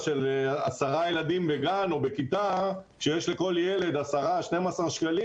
של עשרה ילדים בגן או בכיתה כשיש לכל ילד עשרה או 12 שקלים,